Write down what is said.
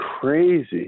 crazy